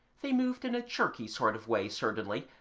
they moved in a jerky sort of way certainly,